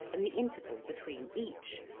and the interval between each,